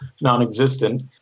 non-existent